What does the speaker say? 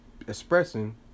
expressing